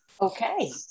Okay